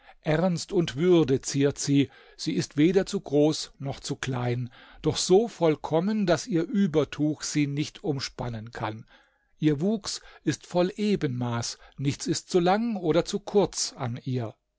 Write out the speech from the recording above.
ernst und würde ziert sie sie ist weder zu groß noch zu klein doch so vollkommen daß ihr übertuch sie nicht umspannen kann ihr wuchs ist voll ebenmaß nichts ist zu lang oder zu kurz an ihr